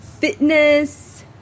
fitness